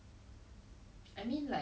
make that comparisons what